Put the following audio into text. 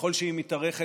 ככל שהיא מתארכת,